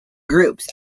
groups